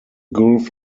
gulf